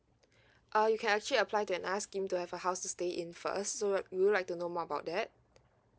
uh you can actually apply the another scheme to have a house to stay in first so would would you like to know more about that